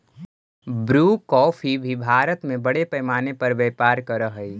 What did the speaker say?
Bru coffee भी भारत में बड़े पैमाने पर व्यापार करअ हई